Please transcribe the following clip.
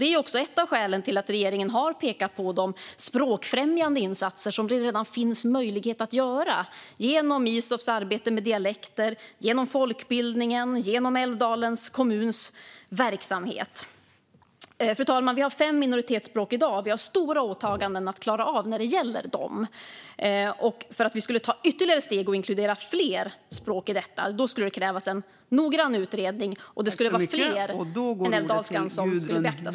Det är ett av skälen till att regeringen har pekat på de språkfrämjande insatser som det redan finns möjlighet att göra genom Isofs arbete med dialekter, genom folkbildning och genom Älvdalens kommuns verksamhet. Fru talman! I dag har vi fem minoritetsspråk, och vi har stora åtaganden att klara när det gäller dem. Om vi ska ta ytterligare steg och inkludera fler språk krävs en noggrann utredning, och mer än älvdalskan skulle då beaktas.